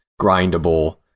grindable